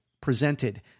presented